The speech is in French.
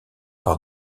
par